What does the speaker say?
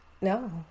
no